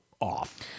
off